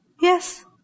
Yes